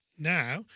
now